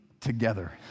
together